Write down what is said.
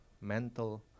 mental